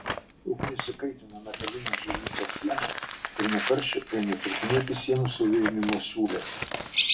ugnis įkaitino metalines džiovyklos sienas ir nuo karščio ėmė trūkinėti sienų suvirinimo siūlės